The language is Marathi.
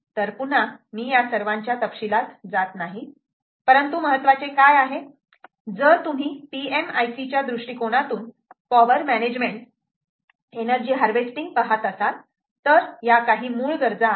तर पुन्हा मी या सर्वाचा तपशीलात जात नाही परंतु महत्वाचे काय आहे जर तुम्ही PMIC च्या दृष्टी कोनातून पॉवर मॅनेजमेंट एनर्जी हार्वेस्टिंग पहात असाल तर या काही मूळ गरजा आहेत